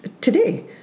today